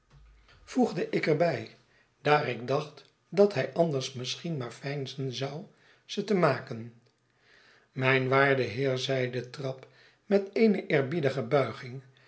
voegde ik er bij daar ik dacht dat hij anders misschien maar veinzen zou ze te maken mijn waarde heer zeide trabb met eene eerbiedige buiging